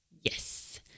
Yes